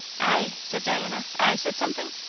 i? said diana. i said something?